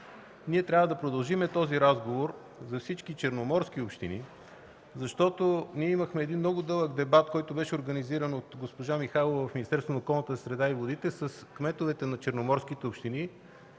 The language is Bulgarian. ние трябва да продължим този разговор за всички черноморски общини, защото имахме много дълъг дебат, който беше организиран от госпожа Михайлова в Министерството на околната среда и водите с кметовете на черноморските общини,